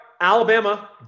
Alabama